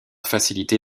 facilité